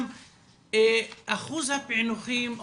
אחוז הפענוחים,